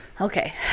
Okay